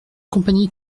compagnie